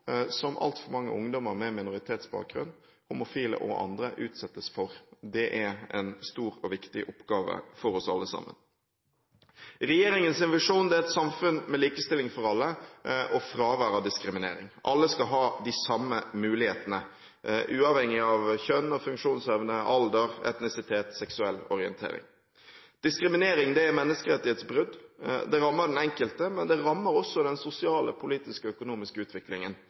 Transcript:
som altfor mange ungdommer med minoritetsbakgrunn, homofile og andre, utsettes for. Det er en stor og viktig oppgave for oss alle sammen. Regjeringens visjon er et samfunn med likestilling for alle og fravær av diskriminering. Alle skal ha de samme mulighetene, uavhengig av kjønn, funksjonsevne, alder, etnisitet og seksuell orientering. Diskriminering er menneskerettighetsbrudd. Det rammer den enkelte, men det rammer også den sosiale, politiske og økonomiske utviklingen